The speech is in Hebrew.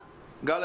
גל,